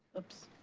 oops.